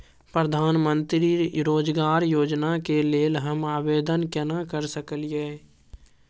प्रधानमंत्री रोजगार योजना के लेल हम आवेदन केना कर सकलियै?